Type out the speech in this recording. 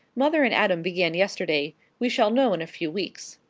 mother and adam began yesterday we shall know in a few weeks.